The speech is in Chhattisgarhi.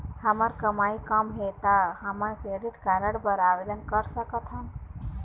हमर कमाई कम हे ता हमन क्रेडिट कारड बर आवेदन कर सकथन?